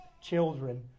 children